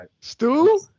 Stu